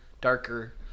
darker